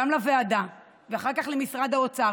גם לוועדה ואחר כך למשרד האוצר,